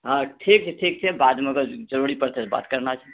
हँ ठीक छै ठीक छै बादमे अगर जरुरी पड़तै तऽ बात करना छै